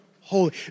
holy